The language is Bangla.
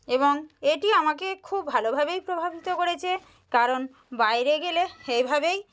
এবং এটি আমাকে খুব ভালোভাবেই প্রভাবিত করেছে কারণ বাইরে গেলে এভাবেই